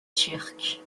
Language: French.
turque